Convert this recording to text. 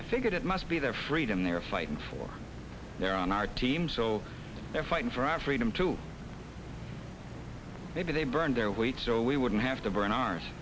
i figured it must be their freedom they're fighting for their on our team so they're fighting for our freedom too maybe they burned their weight so we wouldn't have to bring ours